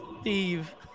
Steve